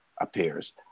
appears